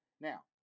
Now